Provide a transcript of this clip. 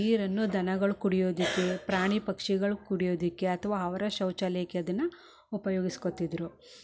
ನೀರನ್ನು ದನಗಳು ಕುಡಿಯೋದಕ್ಕೆ ಪ್ರಾಣಿ ಪಕ್ಷಿಗಳು ಕುಡಿಯೋದಕ್ಕೆ ಅಥ್ವ ಅವರ ಶೌಚಾಲಯಕ್ಕೆ ಅದನ್ನ ಉಪಯೊಗಸ್ಕೊತಿದ್ದರು ಮತ್ತು